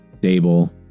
Dable